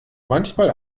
manchmal